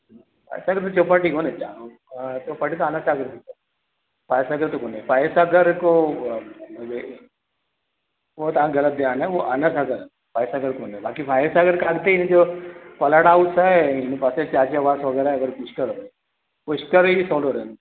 असुल में चोपाटी कोन्हे छा हूअ अ चोपाटी त अनसागर मे आहे फाइव सागर त घुमो फाइव सागर कोन्हे हो तव्हां घर ते आ न आना सागर आ फाय सागर कोने बाक़ी फाय सागर कोन्ह थी कॉलर हाऊस आहे हिन पासे शाजाबाद वग़ैरह पुष्कर आहे पुष्कर ई पवंदो